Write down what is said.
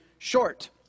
Short